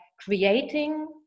creating